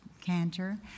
Cantor